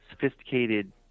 sophisticated